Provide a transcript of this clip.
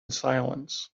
silence